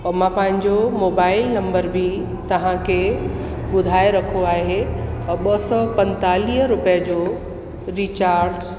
त मां पंहिंजो मोबाइल नंबर बि तव्हांखे ॿुधाए रखियो आहे ऐं ॿ सौ पंजेतालीह रुपए जो रिचार्ज